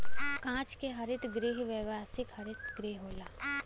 कांच के हरित गृह व्यावसायिक हरित गृह होला